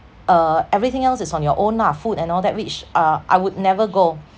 uh everything else is on your own ah food and all that which uh I would never go